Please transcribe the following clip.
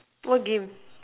what game